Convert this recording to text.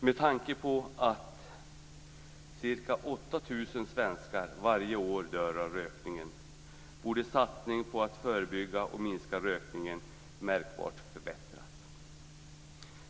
Med tanke på att ca 8 000 svenskar varje år dör av rökning borde satsningen på att förebygga och minska rökningen märkbart förbättras.